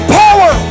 power